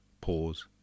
pause